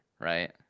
right